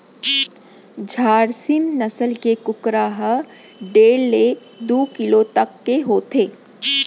झारसीम नसल के कुकरा ह डेढ़ ले दू किलो तक के होथे